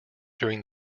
during